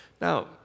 Now